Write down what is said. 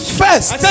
first